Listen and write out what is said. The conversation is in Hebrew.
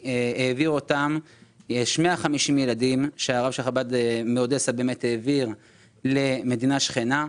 יש 150 ילדים שהרב של חב"ד מאודסה באמת העביר למדינה שכנה.